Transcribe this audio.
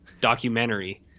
documentary